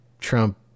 Trump